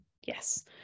yes